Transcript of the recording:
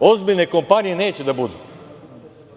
ozbiljne kompanije neće da budu,